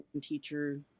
teacher